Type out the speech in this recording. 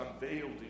unveiled